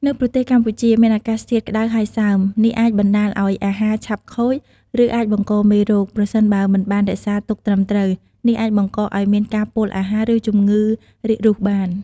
នៅប្រទេសកម្ពុជាមានអាកាសធាតុក្តៅហើយសើម នេះអាចបណ្តាលឱ្យអាហារឆាប់ខូច ឬ អាចបង្កមេរោគ ប្រសិនបើមិនបានរក្សាទុកត្រឹមត្រូវ នេះអាចបង្កឱ្យមានការពុលអាហារឬជំងឺរាករូសបាន។